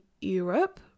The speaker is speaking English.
Europe